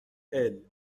البرای